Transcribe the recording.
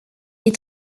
est